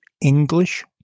English